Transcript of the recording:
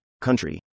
country